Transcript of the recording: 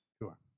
Sure